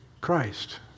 Christ